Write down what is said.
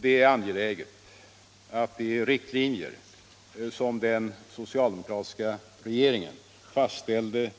Det är angeläget att de riktlinjer som den socialdemokratiska regeringen fastställde